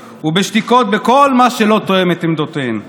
ובשתיקות בכל מה שלא תואם את עמדותיהן.